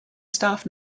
staff